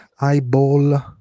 eyeball